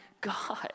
God